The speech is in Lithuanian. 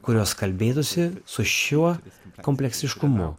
kurios kalbėtųsi su šiuo kompleksiškumu